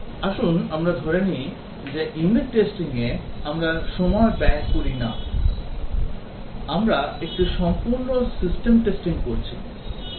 আসুন আমরা ধরে নিই যে unit testing এ আমরা সময় ব্যয় করি না আমরা একটি সম্পূর্ণ system testing করছি